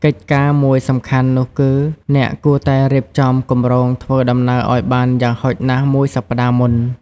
កិច្ចការមួយសំខាន់នោះគឺអ្នកគួរតែ រៀបចំគម្រោងធ្វើដំណើរឱ្យបានយ៉ាងហោចណាស់មួយសប្ដាហ៍មុន។